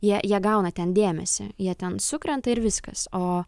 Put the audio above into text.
jie jie gauna ten dėmesį jie ten sukrenta ir viskas o